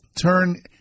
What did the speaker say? turn